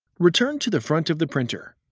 return to the front of the printer.